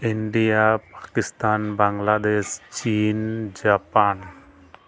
India Pakistan Bangladesh China Japan